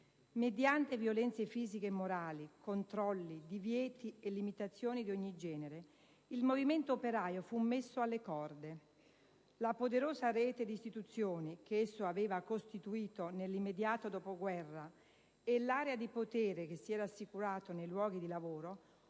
Mediante violenze fisiche e morali, controlli, divieti e limitazioni di ogni genere, il movimento operaio fu messo alle corde. La poderosa rete di istituzioni che esso aveva costituito nell'immediato dopoguerra e l'area di potere che si era assicurato nei luoghi di lavoro